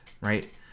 right